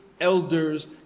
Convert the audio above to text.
elders